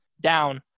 down